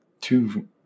two